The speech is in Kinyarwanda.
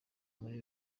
muri